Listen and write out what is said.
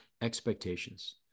expectations